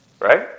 Right